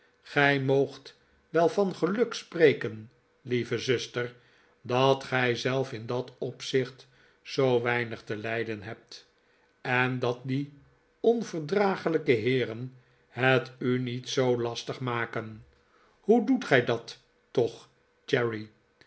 gij moo gt wel van geluk spreken lieve zuster dat gij zelf in dat opzicht zoo weinig te lijden hebt en dat die onverdraaglijke heeren het u niet zoo lastig maken hoe doet gij dat toch